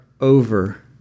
over